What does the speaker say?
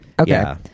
Okay